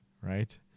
Right